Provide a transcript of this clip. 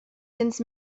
cents